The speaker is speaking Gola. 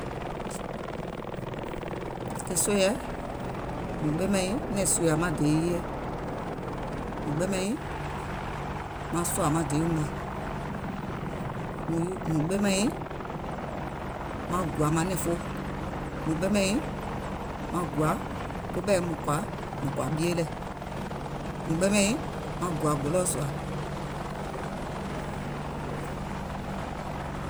Ke sòiɛ̀, mùŋ ɓemàŋ nyiŋ, nɛ̀ŋ sùùyȧ maŋ dèè yiiye, mùŋ ɓemàŋ nyiìŋ maŋ sòà maŋ deèum mȧŋ, mùŋ ɓemȧŋ nyiìŋ maŋ gùà manɛ̀ŋ foo, mùŋ ɓemȧŋ nyiìŋ maŋ gùà koɓɛ̀, koɓɛ̀iùm kɔ̀à ɓie lɛ̀, mùŋ ɓemàŋ nyiìŋ maŋ gùà gboloɔ̀ sùà.